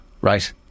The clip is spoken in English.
right